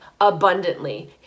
abundantly